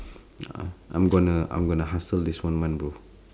ya I'm gonna I'm gonna hustle this one month bro